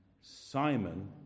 Simon